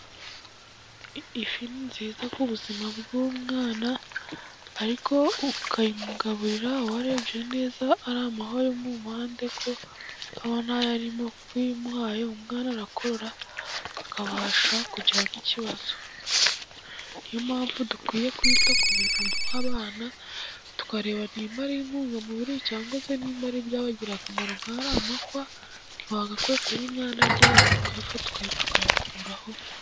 Ifi ni nziza ku buzima bw'umwana, ariko ukayimugaburira warebye neza ariya mahwa yo mu mpande ko aba ntayarimo, kuko iyo uyimuhaye, umwana arakorora akabasha kugira nk'ikibazo. Niyo mpamvu dukwiye kwita ku bintu duha abana, tukareba niba ari intungamubiri cyangwa se niba ari ibyabagirira akamaro. nk'ariya mahwa ntiwagakwiye guha umana agihari, ukwiye kuyafata ukayaca, ukayakuraho.